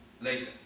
later